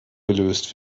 gelöst